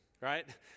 right